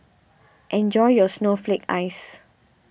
enjoy your Snowflake Ice